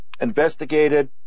investigated